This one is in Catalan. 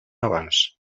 abans